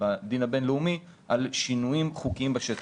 בידן הבין-לאומי על שינויים חוקיים בשטח.